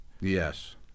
Yes